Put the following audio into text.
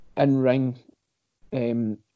in-ring